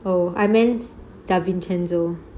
oh I mean davin chendol